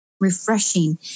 refreshing